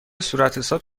صورتحساب